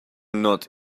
not